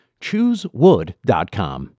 Choosewood.com